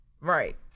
right